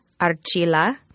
Archila